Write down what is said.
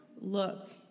look